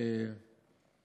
היית באופוזיציה.